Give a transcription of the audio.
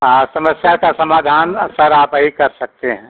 हाँ समस्या का समाधान सर आप ही कर सकते हैं